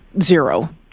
zero